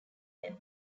them